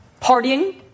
partying